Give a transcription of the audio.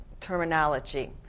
terminology